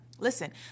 Listen